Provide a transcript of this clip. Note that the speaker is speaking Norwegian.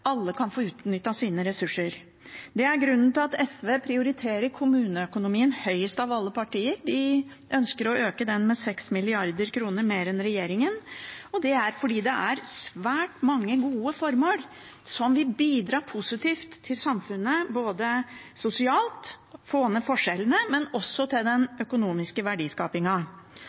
alle kan få utnyttet sine ressurser. Det er grunnen til at SV prioriterer kommuneøkonomien høyest av alle partier. Vi ønsker å øke den med 6 mrd. kr mer enn regjeringen, og det er fordi det er svært mange gode formål som vil bidra positivt til samfunnet, både sosialt og for å få ned forskjellene, og som også vil bidra til den økonomiske